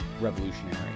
revolutionary